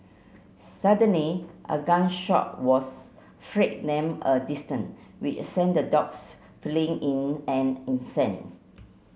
suddenly a gun shot was a distance which sent the dogs fleeing in an instant